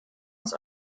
uns